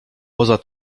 poza